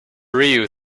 ryu